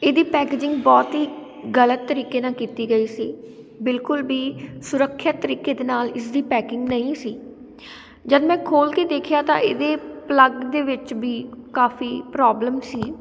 ਇਹਦੀ ਪੈਕਜਿੰਗ ਬਹੁਤ ਹੀ ਗਲਤ ਤਰੀਕੇ ਨਾਲ ਕੀਤੀ ਗਈ ਸੀ ਬਿਲਕੁਲ ਵੀ ਸੁਰੱਖਿਅਤ ਤਰੀਕੇ ਦੇ ਨਾਲ ਇਸਦੀ ਪੈਕਿੰਗ ਨਹੀਂ ਸੀ ਜਦ ਮੈਂ ਖੋਲ੍ਹ ਕੇ ਦੇਖਿਆ ਤਾਂ ਇਹਦੇ ਪਲੱਗ ਦੇ ਵਿੱਚ ਵੀ ਕਾਫੀ ਪ੍ਰੋਬਲਮ ਸੀ